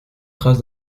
trace